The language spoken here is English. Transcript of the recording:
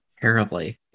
Terribly